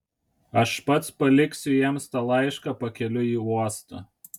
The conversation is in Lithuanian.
aš pats paliksiu jiems tą laišką pakeliui į uostą